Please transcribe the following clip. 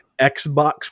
Xbox